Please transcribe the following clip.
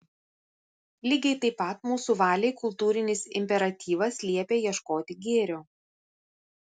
lygiai taip pat mūsų valiai kultūrinis imperatyvas liepia ieškoti gėrio